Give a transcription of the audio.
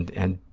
and and